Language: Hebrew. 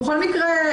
לסיכום.